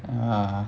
ya